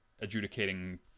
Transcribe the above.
adjudicating